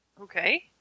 Okay